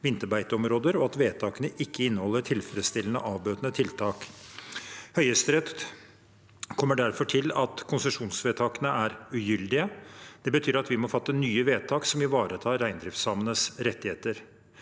vinterbeiteområder, og at vedtakene ikke inneholder tilfredsstillende avbøtende tiltak. Høyesterett kom derfor til at konsesjonsvedtakene er ugyldige. Det betyr at vi må fatte nye vedtak som ivaretar reindriftssamenes rettigheter.